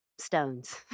stones